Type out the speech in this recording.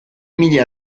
mila